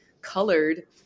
colored